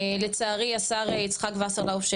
לצערי השר יצחק וסרלאוף,